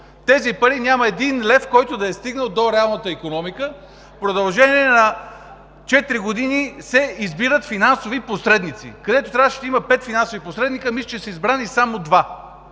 тези пари няма един лев, който да е стигнал до реалната икономика. В продължение на четири години се избират финансови посредници, където трябваше да има пет финансови посредници, а мисля, че са избрани само